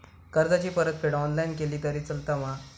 कर्जाची परतफेड ऑनलाइन केली तरी चलता मा?